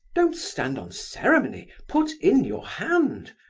don't stand on ceremony. put in your hand!